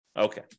Okay